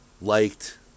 liked